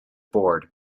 board